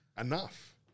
enough